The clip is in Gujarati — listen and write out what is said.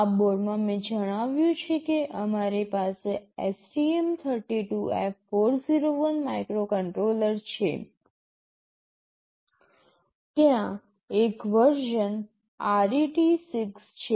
આ બોર્ડમાં મેં જણાવ્યું છે કે અમારી પાસે STM32F401 માઇક્રોકન્ટ્રોલર છે ત્યાં એક વર્ઝન RET6 છે